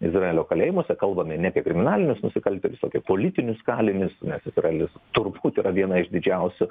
izraelio kalėjimuose kalbame ne apie kriminalinius nusikaltėlius o apie politinius kalinius nes izraelis turbūt yra viena iš didžiausių